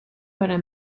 para